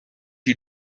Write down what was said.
you